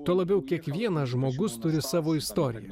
tuo labiau kiekvienas žmogus turi savo istoriją